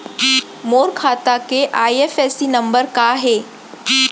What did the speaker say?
मोर खाता के IFSC number का हे?